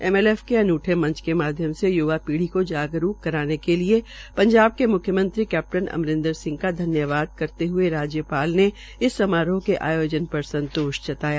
MLF के अनूठे मंच के माध्यम से युवा पीढ़ी को जागरूक करने के लिए पंजाब के म्ख्यमंत्री कैप्टन अमरेन्दर सिंह का धन्यवाद करते हये राज्यपाल ने इस समारोह के आयोजन पर संतोष जताया